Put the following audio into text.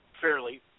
fairly